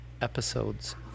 episodes